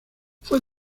fue